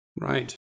Right